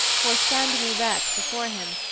for, standing erect before him,